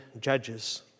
judges